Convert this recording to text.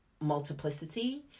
multiplicity